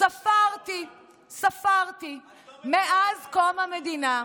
ספרתי מאז קום המדינה,